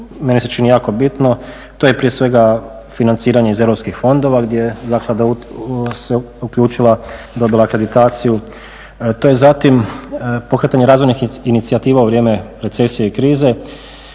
meni se čini jako bitno to je prije svega financiranje iz europskih fondova gdje zaklada se uključila, dobila je akreditaciju. To je zatim pokretanje razvojnih inicijativa u vrijeme recesije i krize.